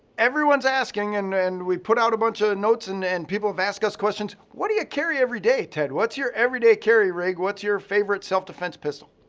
everyone's asking and and we put out a bunch of notes and and people have asked us questions. what do you carry every day, ted? what's your everyday carry reg? what's your favorite self-defense pistol?